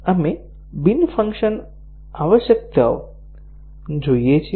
આપણે બિન ફંક્શન આવશ્યકતાઓ જોઈએ છીએ